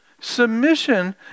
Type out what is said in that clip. Submission